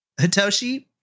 Hitoshi